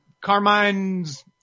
Carmine's